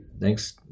Thanks